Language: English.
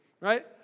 right